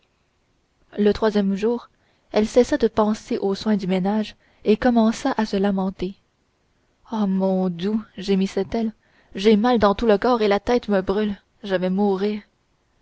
le troisième jour elle cessa de penser aux soins du ménage et commença à se lamenter oh mon dou gémissait elle j'ai mal dans tout le corps et la tête me brûle je vas mourir